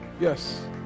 Yes